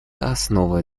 основой